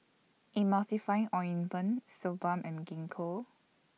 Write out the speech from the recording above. Emulsying Ointment Suu Balm and Gingko